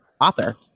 author